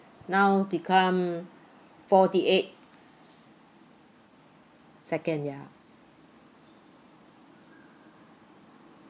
now become forty eight second yeah